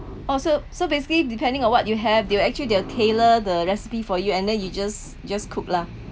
oh so so basically depending on what you have there actually they'll actually tailor the recipe for you and then you just you just cook lah